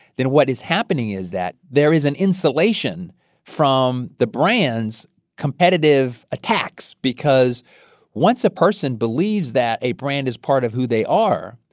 then what is happening is that there is an insulation from the brand's competitive attacks because once a person believes that a brand is part of who they are,